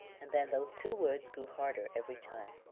and then those two words grew harder every time.